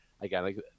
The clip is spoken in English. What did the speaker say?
again